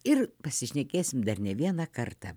ir pasišnekėsim dar ne vieną kartą